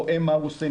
רואה מה הוא עושה,